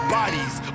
bodies